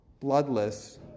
bloodless